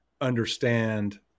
understand